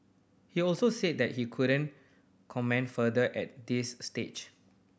he also said that he couldn't comment further at this stage